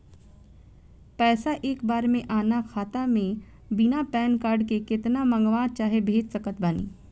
पैसा एक बार मे आना खाता मे बिना पैन कार्ड के केतना मँगवा चाहे भेज सकत बानी?